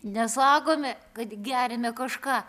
nesakome kad geriame kažką